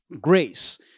grace